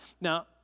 now